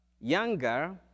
younger